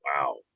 Wow